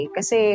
Kasi